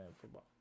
Football